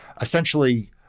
Essentially